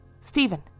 Stephen